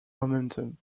momentum